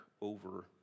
over